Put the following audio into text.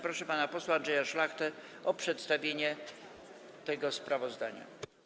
Proszę pana posła Andrzeja Szlachtę o przedstawienie tego sprawozdania.